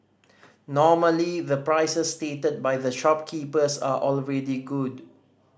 normally the prices stated by the shopkeepers are already good